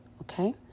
okay